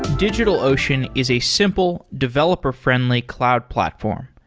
digitalocean is a simple, developer-friendly cloud platform.